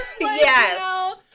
Yes